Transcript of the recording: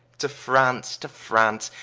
to france, to france,